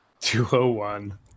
201